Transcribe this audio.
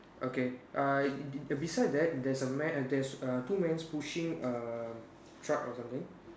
okay uh beside that there's a man there's err two man pushing err truck or something